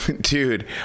dude